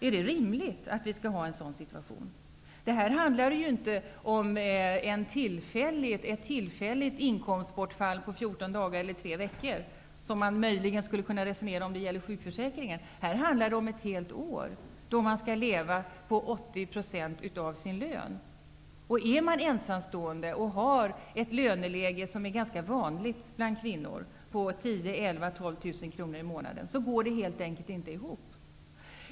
Är det rimligt med en sådan ordning? Det handlar ju inte om ett tillfälligt inkomstbortfall på 14 dagar eller tre veckor, som man möjligen skulle kunna resonera om när det gäller sjukförsäkringen, utan här handlar det om ett helt år, då man skall leva på 80 % av sin lön. Är man ensamstående och har ett löneläge som är ganska vanligt för kvinnor på 10 000--12 000 kr i månaden, går det helt enkelt inte ihop.